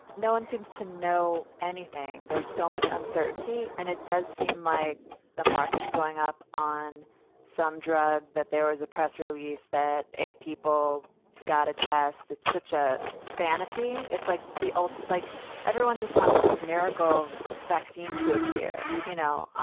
no one seems to know anything. there's so much uncertainty and it does seem like the market's going up on some drug that there is a press release, that people got a test. it's such a fantasy. it's like the ah ultimate like everyone just wants this miracle vaccine to appear, you know?